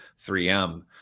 3M